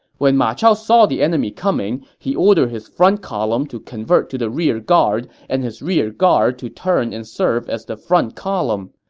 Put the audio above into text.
when ma chao saw the enemy coming, he ordered his front column to convert to the rear guard, and his rear guard to turn and serve as the front column.